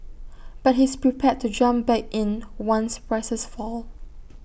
but he's prepared to jump back in once prices fall